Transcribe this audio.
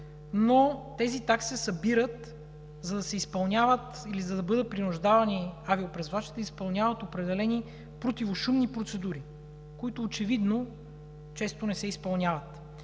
но те се събират, за да бъдат принуждавани авиопревозвачите да изпълняват определени противошумни процедури, които очевидно често не се изпълняват.